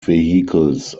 vehicles